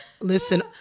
Listen